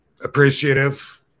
appreciative